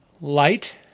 Light